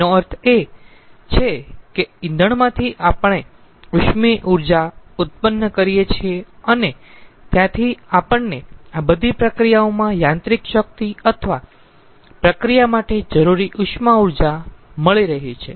તેનો અર્થ એ છે કે ઇંધણમાંથી આપણે ઉષ્મીય ઊર્જા ઉત્પન્ન કરીયે છીએ અને ત્યાંથી આપણને આ બધી પ્રક્રિયાઓમાં યાંત્રિક શક્તિ અથવા પ્રક્રિયા માટે જરૂરી ઉષ્મા ઊર્જા મળી રહી છે